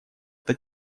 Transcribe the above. это